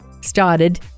started